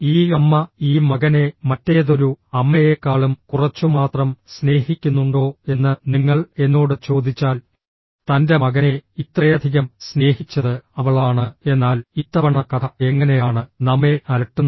ഈ അമ്മ ഈ മകനെ മറ്റേതൊരു അമ്മയേക്കാളും കുറച്ചുമാത്രം സ്നേഹിക്കുന്നുണ്ടോ എന്ന് നിങ്ങൾ എന്നോട് ചോദിച്ചാൽ തൻ്റെ മകനെ ഇത്രയധികം സ്നേഹിച്ചത് അവളാണ് എന്നാൽ ഇത്തവണ കഥ എങ്ങനെയാണ് നമ്മെ അലട്ടുന്നത്